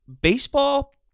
Baseball